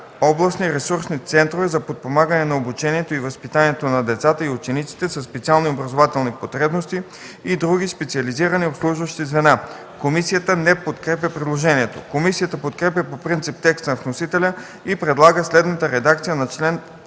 „областни ресурсни центрове за подпомагане на обучението и възпитанието на децата и учениците със специални образователни потребности и други специализирани обслужващи звена”. Комисията не подкрепя предложението. Комисията подкрепя по принцип текста на вносителя и предлага следната редакция на чл.